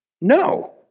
No